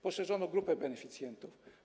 Poszerzono grupę beneficjentów.